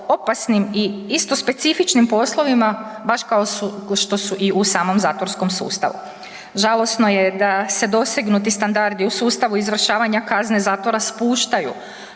opasnim i isto specifičnim poslovima baš kao što su i u samom zatvorskom sustavu. Žalosno je da se dosegnuti standardi u sustavu izvršavanja kazne zatvora spuštaju,